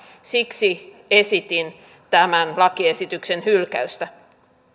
siksi esitin tämän lakiesityksen hylkäystä